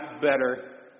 better